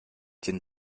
den